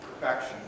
perfection